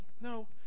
no